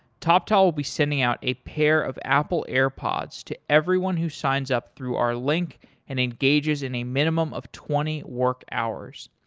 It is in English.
toptal will be sending out a pair of apple airpods to everyone who signs up through our link and engages in a minimum of twenty work hours.